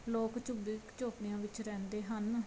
ਲੋਕ ਝੁੱਗੀ ਝੋਂਪੜੀਆਂ ਵਿੱਚ ਰਹਿੰਦੇ ਹਨ